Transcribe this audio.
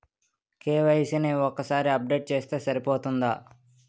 KYC ని ఒక్కసారి update చేస్తే సరిపోతుందా?